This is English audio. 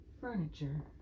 furniture